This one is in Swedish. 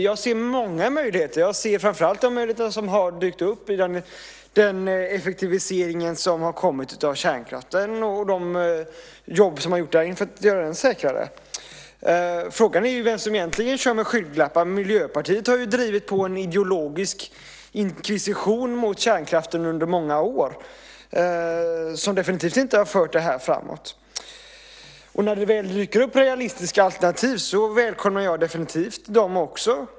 Jag ser många möjligheter, framför de som har dykt upp i och med den effektivisering av kärnkraften som har skett och som har gjort den säkrare. Frågan är vem det är som kör med skygglappar. Miljöpartiet har ju bedrivit en ideologisk inkvisition mot kärnkraften under många år, och det har definitivt inte fört den här frågan framåt. När det börjar att dyka upp realistiska alternativ välkomnar jag dem också.